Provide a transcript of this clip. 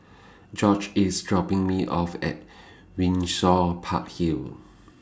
George IS dropping Me off At Windsor Park Hill